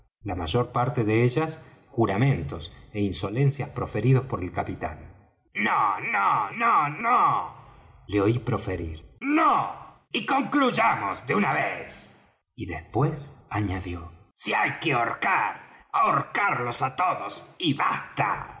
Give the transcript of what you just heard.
la mayor parte de ellas juramentos é insolencias proferidos por el capitán nó nó nó nó le oí proferir nó y concluyamos de una vez y después añadió si hay que ahorcar ahorcarlos á todos y basta